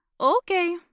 Okay